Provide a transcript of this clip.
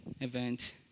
event